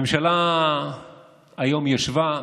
הממשלה היום ישבה,